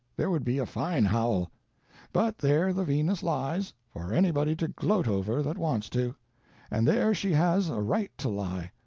there would be a fine howl but there the venus lies, for anybody to gloat over that wants to and there she has a right to lie,